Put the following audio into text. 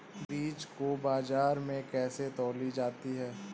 बीज को बाजार में कैसे तौली जाती है?